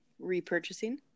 repurchasing